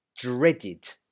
Dreaded